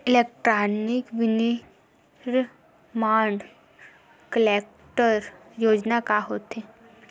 Electronic विनीर्माण cluster योजना का होथे?